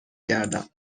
گردم